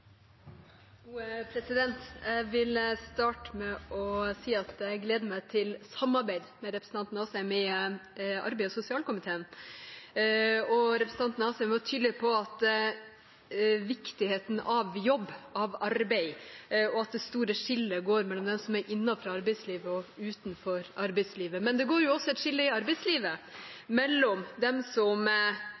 Jeg vil starte med å si at jeg gleder meg til samarbeidet med representanten Asheim i arbeids- og sosialkomiteen. Han var tydelig på viktigheten av jobb, av arbeid, og at det store skillet går mellom dem som er innenfor arbeidslivet, og dem som er utenfor arbeidslivet. Men det går også et skille i arbeidslivet mellom dem som